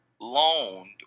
loaned